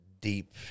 deep